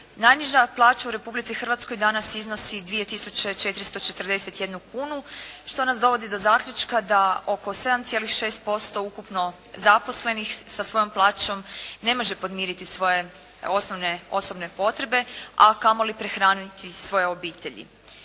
Najniža plaća u Republici Hrvatskoj danas iznosi 2 tisuće 441 kunu, što nas dovodi do zaključka da oko 7,6% ukupno zaposlenih sa svojom plaćom ne može podmiriti svoje osnovne osobne potrebe, a kamoli prehraniti svoje obitelji.